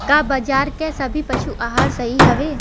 का बाजार क सभी पशु आहार सही हवें?